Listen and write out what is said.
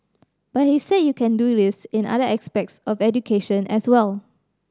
but he said you can do this in other aspects of education as well